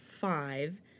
five